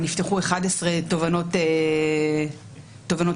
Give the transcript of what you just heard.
רק תובענות